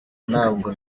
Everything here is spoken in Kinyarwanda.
ntabwo